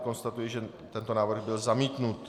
Konstatuji, že tento návrh byl zamítnut.